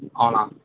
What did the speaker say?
అవునా